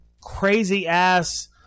crazy-ass